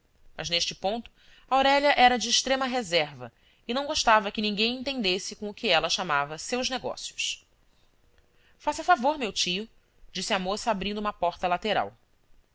mas neste ponto aurélia era de extrema reserva e não gostava que ninguém entendesse com o que ela chamava seus negócios faça favor meu tio disse a moça abrindo uma porta lateral